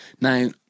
Now